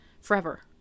forever